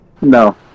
No